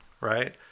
right